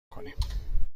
کنیم